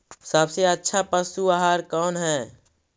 सबसे अच्छा पशु आहार कौन है?